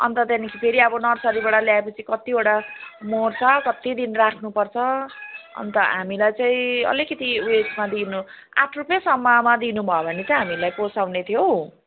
अनि त त्यहाँदेखि फेरि अब नर्सरीबाट ल्याएपछि कतिवटा मर्छ कति दिन राख्नुपर्छ अनि त हामीलाई चाहिँ अलिकति ऊ यसमा दिनु आठ रुपियाँसम्ममा दिनुभयो भने चाहिँ हामीलाई पोसाउने थियो हो